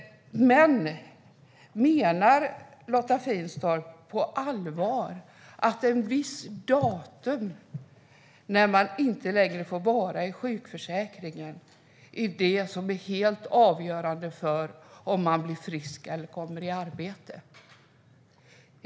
Menar Lotta Finstorp på allvar att ett visst datum när man inte längre får vara i sjukförsäkringen är det som är helt avgörande för om man blir frisk eller kommer i arbete?